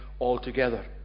altogether